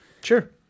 Sure